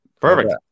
Perfect